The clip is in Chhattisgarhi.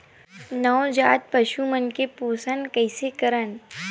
नवजात पशु मन के पोषण कइसे करन?